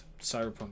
cyberpunk